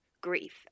grief